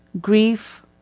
grief